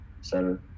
center